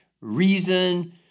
reason